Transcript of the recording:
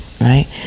Right